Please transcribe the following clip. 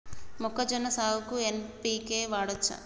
మొక్కజొన్న సాగుకు ఎన్.పి.కే వాడచ్చా?